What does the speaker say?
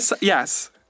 Yes